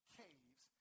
caves